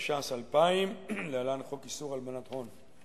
התש"ס 2000, להלן: חוק איסור הלבנת הון.